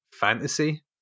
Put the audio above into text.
fantasy